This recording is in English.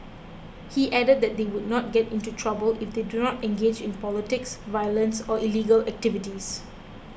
he added that they would not get into trouble if they do not engage in politics violence or illegal activities